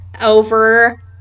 over